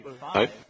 Hi